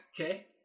Okay